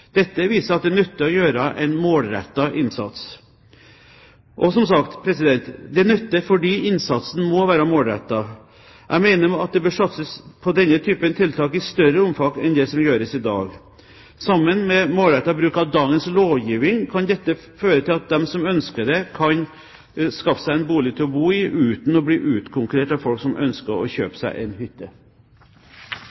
Dette viser at det nytter å gjøre en målrettet innsats. Som sagt, dette nytter fordi innsatsen er målrettet. Jeg mener det bør satses på denne typen tiltak i større omfang enn det som gjøres i dag. Sammen med målrettet bruk av dagens lovgivning kan dette føre til at de som ønsker det, kan skaffe seg en bolig å bo i uten å bli utkonkurrert av folk som ønsker å